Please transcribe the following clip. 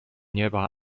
nearby